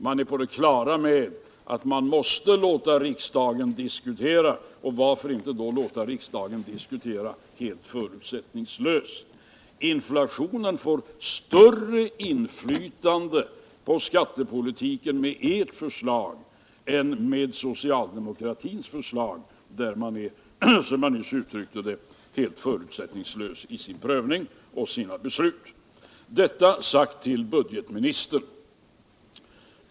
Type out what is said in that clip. Man är på det klara med att man måste låta riksdagen diskutera skattepolitiken, och varför då inte låta den göra det helt förutsättningslöst. Inflationen får större inflytande på skattepolitiken med ert förslag än med socialdemokratins förslag, där riksdagens prövning och beslut är helt förutsättningslösa. Detta sagt till budgetministern.